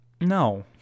No